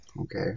Okay